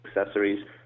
accessories